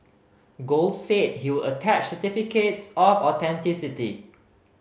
Gold said he would attach certificates of authenticity